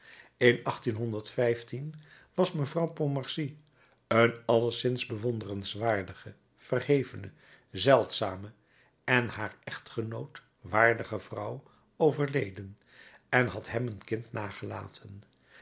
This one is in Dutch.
in was mevrouw pontmercy een alleszins bewonderenswaardige verhevene zeldzame en haar echtgenoot waardige vrouw overleden en had hem een kind nagelaten